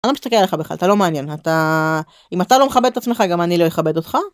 אני לא מסתכל עליך בכלל אתה לא מעניין אתה אם אתה לא מכבד את עצמך גם אני לא אכבד אותך.